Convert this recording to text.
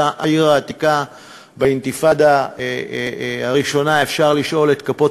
העתיקה באינתיפאדה הראשונה אפשר לשאול את כפות,